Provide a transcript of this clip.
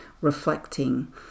reflecting